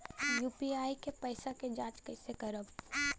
UPI के पैसा क जांच कइसे करब?